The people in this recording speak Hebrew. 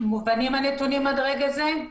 מובנים הנתונים עד רגע זה?